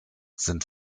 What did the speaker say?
sind